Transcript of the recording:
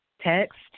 text